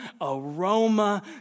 aroma